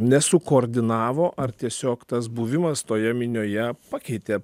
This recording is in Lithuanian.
nesukoordinavo ar tiesiog tas buvimas toje minioje pakeitė